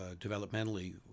developmentally